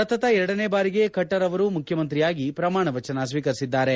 ಸತತ ಎರಡನೇ ಬಾರಿಗೆ ಖಟ್ಟರ್ ಅವರು ಮುಖ್ಯಮಂತ್ರಿಯಾಗಿ ಪ್ರಮಾಣವಚನ ಸ್ವೀಕರಿಸಿದ್ದಾರೆ